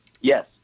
Yes